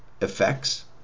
effects